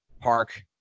Park